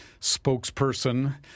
spokesperson